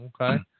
Okay